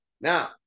now